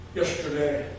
yesterday